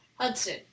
Hudson